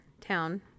town